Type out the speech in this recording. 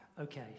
Okay